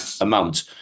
amount